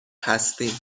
هستیم